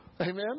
Amen